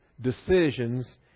decisions